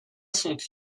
sont